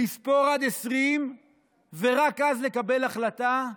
לספור עד 20 ורק אז לקבל החלטה,